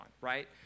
right